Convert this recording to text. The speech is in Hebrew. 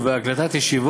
אני לא רוצה לגנוב לו.